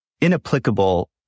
inapplicable